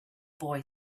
boy